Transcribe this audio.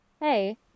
hey